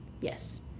yes